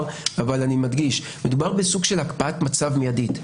אבל אני מדגיש מדובר בסוג של הקפאת מצב מידית.